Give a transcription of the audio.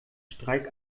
streik